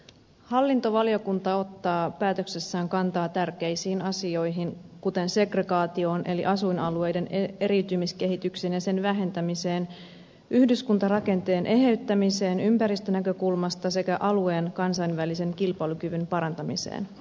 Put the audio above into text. hallintovaliokunta ottaa päätöksessään kantaa tärkeisiin asioihin kuten segregaatioon eli asuinalueiden eriytymiskehitykseen ja sen vähentämiseen yhdyskuntarakenteen eheyttämiseen ympäristönäkökulmasta sekä alueen kansainvälisen kilpailukyvyn parantamiseen